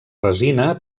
resina